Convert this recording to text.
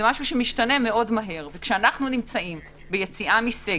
משתנה מאוד מהר, וכשאנחנו נמצאים ביציאה מסגר,